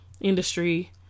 industry